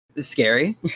scary